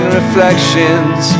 reflections